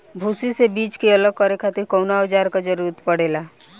भूसी से बीज के अलग करे खातिर कउना औजार क जरूरत पड़ेला?